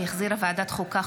שהחזירה ועדת החוקה,